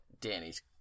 Danny's